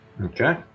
Okay